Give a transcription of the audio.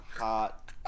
Hot